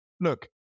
look